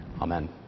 amen